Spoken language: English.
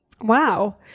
Wow